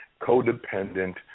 codependent